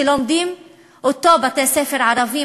שלומדים בתי-הספר הערביים,